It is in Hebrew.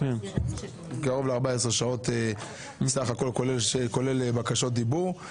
קרוב ל-14 שעות כולל בקשות דיבור.